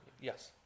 Yes